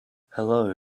hello